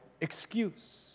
excuse